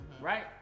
right